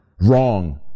wrong